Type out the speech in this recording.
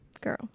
girl